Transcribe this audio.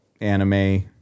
anime